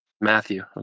Matthew